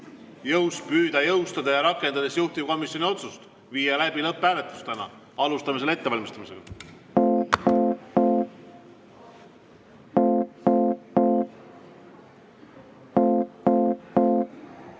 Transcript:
kui püüda jõustada ja rakendada juhtivkomisjoni otsust viia täna läbi lõpphääletus. Alustame selle ettevalmistamist.